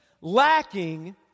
lacking